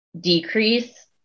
decrease